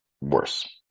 worse